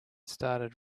started